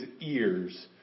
ears